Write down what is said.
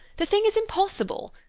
the thing is impossible.